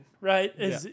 right